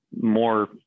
more